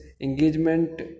engagement